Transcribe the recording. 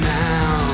now